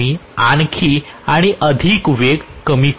मग मी आणखी आणि अधिक वेग कमी करू शकेन